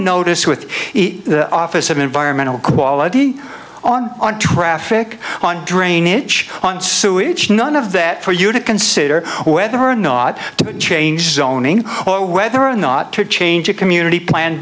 notice with the office of environmental quality on traffic on drainage on sewage none of that for you to consider whether or not to change zoning or whether or not to change a community plan